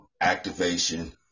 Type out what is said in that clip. activation